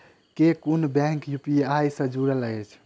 केँ कुन bank UPI सँ जुड़ल अछि?